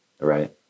Right